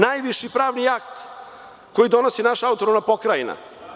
Najviši pravni akt koji donosi naša autonomna pokrajina.